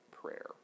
prayer